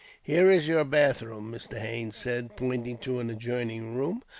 here is your bathroom, mr. haines said, pointing to an adjoining room.